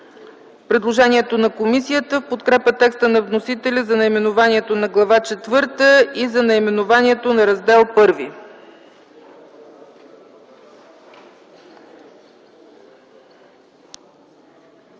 предложението на комисията в подкрепа текста на вносителя за наименованието на Глава четвърта и за наименованието на Раздел І.